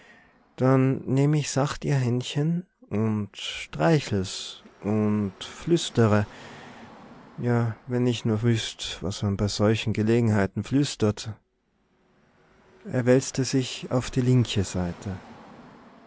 dann nehm ich sacht ihr händchen und streichel's und flüstre ja wenn ich nur wüßt was man bei solchen gelegenheiten flüstert er wälzte sich auf die linke seite